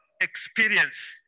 experience